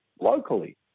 locally